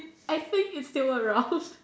I think it's still around